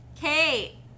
Kate